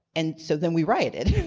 and so then we rioted.